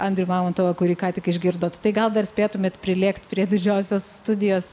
andrių mamontovą kurį ką tik išgirdot tai gal dar spėtumėt prilėkt prie didžiosios studijos